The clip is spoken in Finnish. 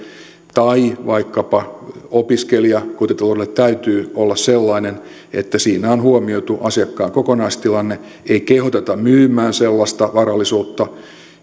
tai vaikkapa opiskelijakotitaloudelle täytyy olla sellainen että siinä on huomioitu asiakkaan kokonaistilanne ei kehoteta myymään sellaista varallisuutta